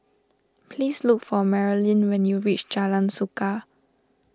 please look for Marilynn when you reach Jalan Suka